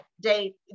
date